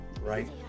Right